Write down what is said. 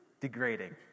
degrading